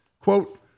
Quote